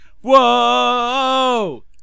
Whoa